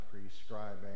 prescribing